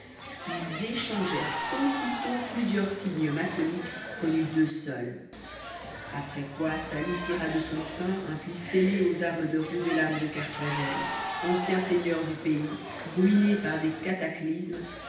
ils échangèrent aussitôt plusieurs signes maçonniques connus d'eux seuls après quoi sali tira de son sein un pli scellé aux armes de rudelame de carthagène anciens seigneurs du pays ruinés par des cataclysmes